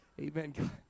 Amen